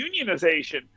unionization